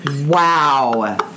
Wow